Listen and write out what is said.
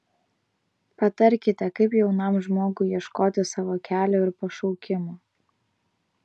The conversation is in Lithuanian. patarkite kaip jaunam žmogui ieškoti savo kelio ir pašaukimo